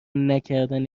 نکردن